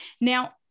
Now